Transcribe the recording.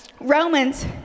Romans